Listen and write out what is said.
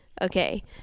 Okay